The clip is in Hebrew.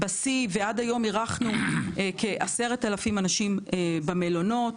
עד היום אירחנו כ-10,000 אנשים במלונות.